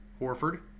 Horford